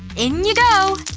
in you go!